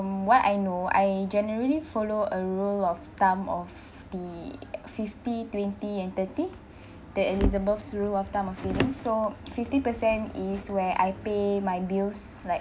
what I know I generally follow a rule of thumb of the fifty twenty and thirty the elizabeth's rule of thumb of saving so fifty percent is where I pay my bills like